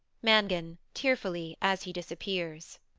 mangan tearfully, as he disappears.